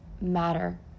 matter